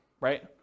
right